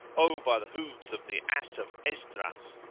o by the hoofs of the ass of esdras!